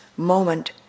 moment